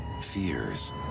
fears